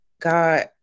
God